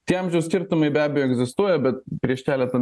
tie amžiaus skirtumai be abejo egzistuoja bet prieš keletą